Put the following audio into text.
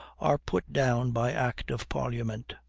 are put down by act of parliament.